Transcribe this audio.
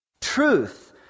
Truth